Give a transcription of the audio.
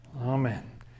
Amen